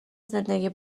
زندگی